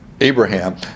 Abraham